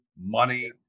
money